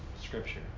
Scripture